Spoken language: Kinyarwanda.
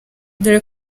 dore